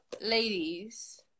ladies